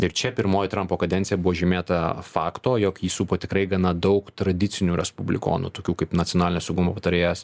ir čia pirmoji trumpo kadencija buvo žymėta fakto jog jį supo tikrai gana daug tradicinių respublikonų tokių kaip nacionalinio saugumo patarėjas